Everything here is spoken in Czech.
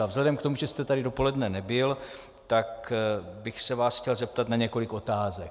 A vzhledem k tomu, že jste tady dopoledne nebyl, tak bych se vás chtěl zeptat na několik otázek.